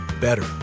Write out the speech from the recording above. better